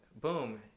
Boom